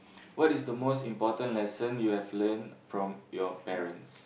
what is the most important lesson you have learnt from your parents